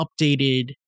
updated